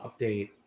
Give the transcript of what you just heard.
update